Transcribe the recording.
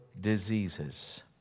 diseases